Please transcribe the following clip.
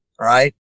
Right